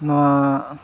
ᱱᱚᱣᱟ